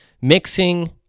mixing